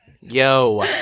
Yo